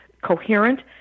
coherent